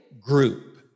group